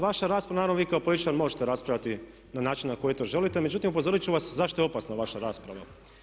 Vaša rasprava, naravno vi kao političar možete raspravljati na način na koji to želite, međutim upozoriti ću vas zašto je opasna vaša rasprava.